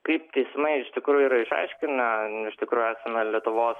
kaip teismai iš tikrųjų yra išaiškinę iš tikrųjų esame lietuvos